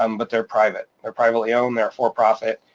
um but they're private, they're privately owned, they're for profit.